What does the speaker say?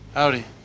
Howdy